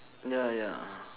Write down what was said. ya ya